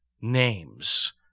names